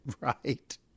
right